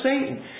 Satan